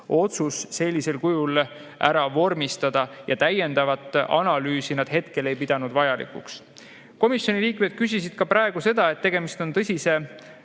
otsus sellisel kujul ära vormistada ja täiendavat analüüsi nad ei pidanud vajalikuks. Komisjoni liikmed küsisid ka selle kohta, et tegemist on tõsise